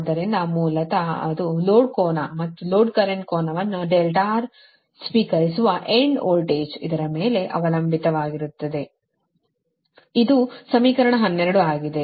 ಆದ್ದರಿಂದ ಮೂಲತಃ ಅದರ ಲೋಡ್ ಕೋನ ಮತ್ತು ಲೋಡ್ ಕರೆಂಟ್ ಕೋನವನ್ನು R ಸ್ವೀಕರಿಸುವ ಎಂಡ್ ವೋಲ್ಟೇಜ್ ಇದರ ಮೇಲೆ ಅವಲಂಬಿತವಾಗಿರುತ್ತದೆ ಇದು ಸಮೀಕರಣ 12 ಆಗಿದೆ